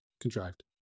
contrived